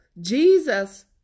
Jesus